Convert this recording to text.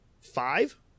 five